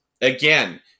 Again